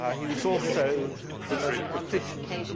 he was also the most proficient